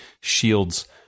shields